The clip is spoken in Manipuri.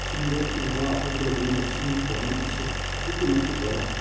ꯆꯤꯡꯗ ꯎ ꯋꯥ ꯍꯧꯗ꯭ꯔꯕꯅꯤꯅ ꯏꯁꯤꯡꯒꯤ ꯄ꯭ꯔꯣꯕ꯭ꯂꯦꯝ ꯑꯁꯤ ꯑꯁꯨꯛꯀꯤ ꯃꯇꯤꯛ ꯑꯣꯏꯔꯦ